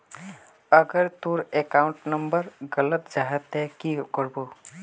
अगर तोर account number गलत जाहा ते की करबो?